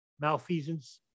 malfeasance